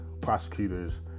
prosecutors